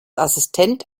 assistent